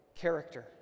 character